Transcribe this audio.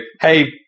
hey